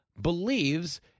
believes